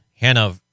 Hannah